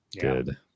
good